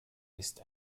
ist